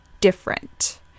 different